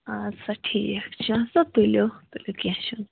آدٕ سا ٹھیٖک چھِ تہٕ تُلِو تُلِو کیٚنہہ چھِنہٕ